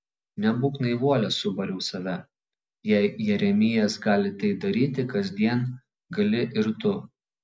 nebūk naivuolė subariau save jei jeremijas gali tai daryti kasdien gali ir tu